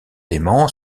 léman